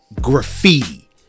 graffiti